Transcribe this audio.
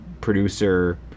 producer